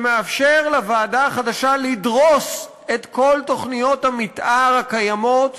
שמאפשר לוועדה החדשה לדרוס את כל תוכניות המתאר הקיימות,